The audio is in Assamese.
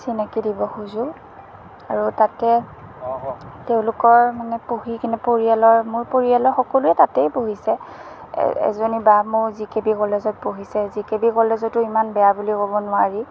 চিনাকি দিব খুজোঁ আৰু তাতে তেওঁলোকৰ মানে পঢ়ি কেনে পৰিয়ালৰ মোৰ পৰিয়ালৰ সকলোৱে তাতেই পঢ়িছে এ এজনী বা মোৰ জি কে বি কলেজত পঢ়িছে জি কে বি কলেজতো ইমান বেয়া বুলি ক'ব নোৱাৰি